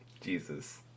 Jesus